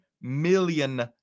million